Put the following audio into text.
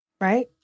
Right